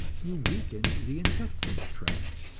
you weaken the intestinal tract,